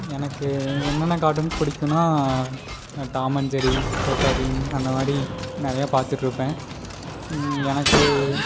எனக்கு என்னென்ன கார்ட்டூன்ஸ் பிடிக்குன்னா Tom and Jerry Chhota Bheem அந்த மாரி நிறையா பார்த்துட்ருப்பேன் எனக்கு